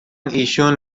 ایشون